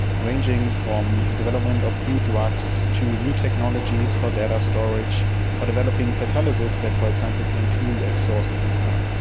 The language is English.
ranging from the development of new drugs to new technologies for data storage or developing catalysts that, for example, can clean the exhaust of your car.